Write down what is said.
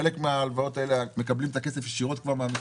בחלק מההלוואות האלה מקבלים את הכסף ישירות מהמשרד,